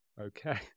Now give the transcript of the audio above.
Okay